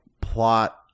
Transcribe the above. plot